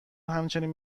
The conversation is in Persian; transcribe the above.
همچنین